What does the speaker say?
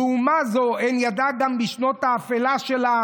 ואומה זו הן ידעה גם בשנות האפלה שלה